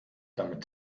damit